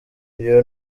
uyu